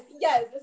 yes